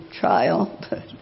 trial